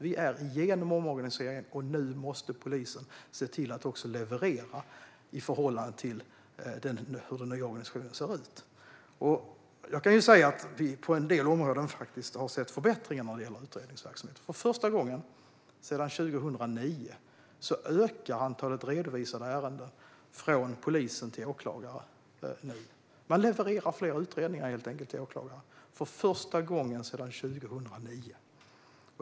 Vi är igenom omorganiseringen, och nu måste polisen se till att leverera i förhållande till hur den nya organisationen ser ut. På en del områden har vi sett förbättringar i utredningsverksamheten. För första gången sedan 2009 ökar antalet redovisade ärenden från polisen till åklagare. Man levererar för första gången sedan 2009 helt enkelt fler utredningar till åklagaren.